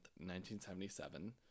1977